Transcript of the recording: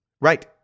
Right